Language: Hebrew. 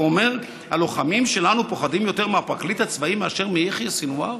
ואומר: הלוחמים שלנו פוחדים יותר מהפרקליט הצבאי מאשר מיחיא סנוואר,